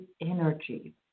energy